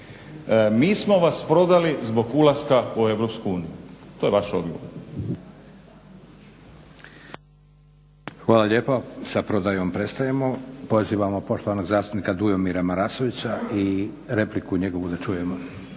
Mi smo vas prodali zbog ulaska u EU. To je vaš odgovor.